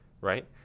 Right